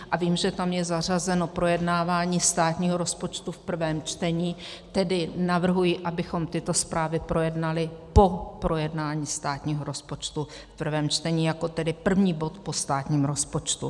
A vím, že tam je zařazeno projednávání státního rozpočtu v prvém čtení, tedy navrhuji, abychom tyto zprávy projednali po projednání státního rozpočtu v prvém čtení jako tedy první bod po státním rozpočtu.